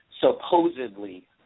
supposedly